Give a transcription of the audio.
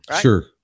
Sure